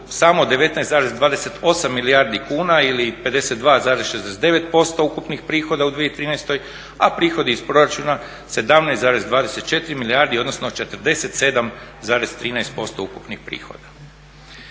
samo 19,28 milijardi kuna ili 52,69% ukupnih prihoda u 2013., a prihodi iz proračuna 17,24 milijarde odnosno 47,13% ukupnih prihoda.